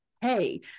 hey